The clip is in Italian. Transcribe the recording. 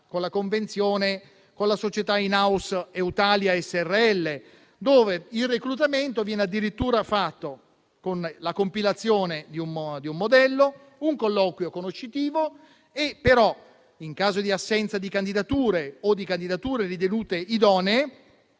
con la convenzione con la società *in house* Eutalia Srl, dove il reclutamento viene addirittura fatto con la compilazione di un modello e un colloquio conoscitivo; però, in caso di assenza di candidature o di candidature ritenute idonee,